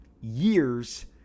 years